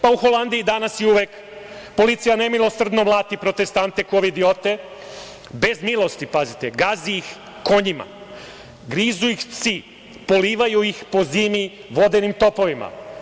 Pa u Holandiji danas i uvek policija nemilosrdno mlati protestante kovidiote bez milosti, pazite, gazi ih konjima, grizu ih psi, polivaju ih po zimi vodenim topovima.